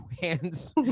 hands